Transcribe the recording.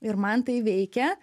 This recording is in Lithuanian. ir man tai veikia